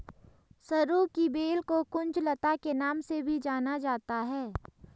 सरू की बेल को कुंज लता के नाम से भी जाना जाता है